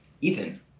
Ethan